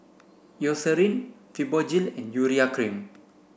Eucerin Fibogel and Urea cream